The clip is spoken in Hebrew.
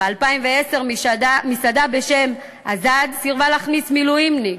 ב-2010 מסעדה בשם "אזאד" סירבה להכניס מילואימניק.